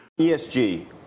ESG